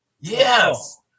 Yes